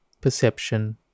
perception